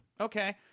Okay